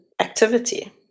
activity